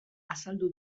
azaldu